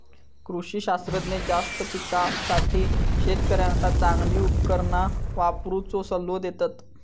कृषी शास्त्रज्ञ जास्त पिकासाठी शेतकऱ्यांका चांगली उपकरणा वापरुचो सल्लो देतत